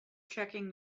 checking